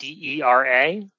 DERA